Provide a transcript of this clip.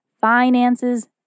finances